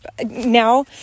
now